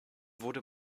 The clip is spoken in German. wurde